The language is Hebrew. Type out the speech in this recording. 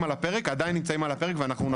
על הפרק עדיין נמצאים על הפרק ואנחנו נפעיל אותם.